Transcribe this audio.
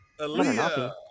Aaliyah